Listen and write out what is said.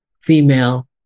female